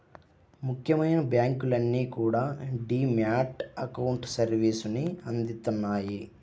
ముఖ్యమైన బ్యాంకులన్నీ కూడా డీ మ్యాట్ అకౌంట్ సర్వీసుని అందిత్తన్నాయి